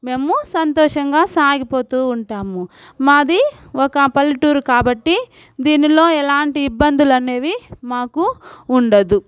మేము సంతోషంగా సాగిపోతూ ఉంటాము మాది ఒక పల్లెటూరు కాబట్టి దీనిలో ఎలాంటి ఇబ్బందులనేవి మాకు ఉండదు